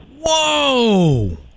Whoa